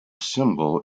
symbol